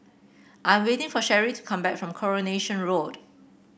I am waiting for Sherree to come back from Coronation Road